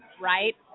right